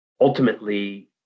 ultimately